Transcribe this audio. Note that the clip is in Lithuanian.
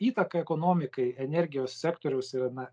įtaka ekonomikai energijos sektoriaus yra na